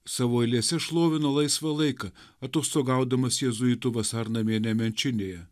savo eilėse šlovino laisvą laiką atostogaudamas jėzuitų vasarnamyje nemenčinėje